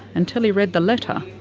until he read the letter.